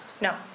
No